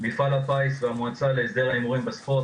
מפעל הפיס והמועצה להסדר ההימורים בספורט,